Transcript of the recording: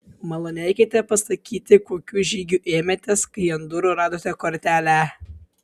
malonėkite pasakyti kokių žygių ėmėtės kai ant durų radote kortelę